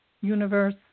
universe